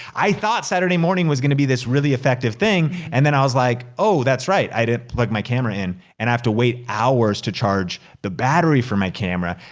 i thought saturday morning was gonna be this really effective thing, and then i was like, oh that's right, i didn't plug like my camera in and i have to wait hours to charge the battery for my camera.